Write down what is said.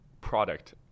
product